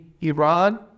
Iran